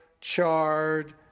chard